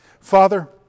Father